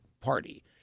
Party